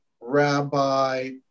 rabbi